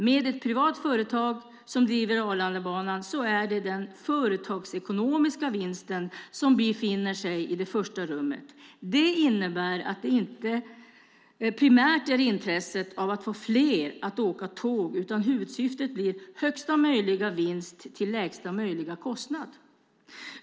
Med ett privat företag som driver Arlandabanan är det den företagsekonomiska vinsten som befinner sig i det första rummet. Det innebär att det inte primärt är intresset av att få fler att åka tåg, utan huvudsyftet blir högsta möjliga vinst till lägsta möjliga kostnad.